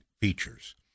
features